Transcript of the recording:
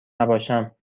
نباشم